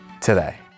today